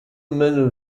mène